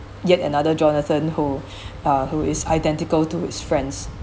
yet another jonathan who uh who is identical to his friends